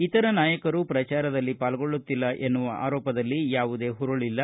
ಇತರ ನಾಯಕರು ಪ್ರಚಾರದಲ್ಲಿ ಪಾಲ್ಗೊಳ್ಳೂತ್ತಿಲ್ಲ ಎನ್ನುವ ಆರೋಪದಲ್ಲಿ ಯಾವುದೇ ಹುರುಳಿಲ್ಲ